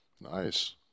Nice